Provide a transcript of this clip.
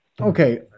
okay